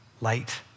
light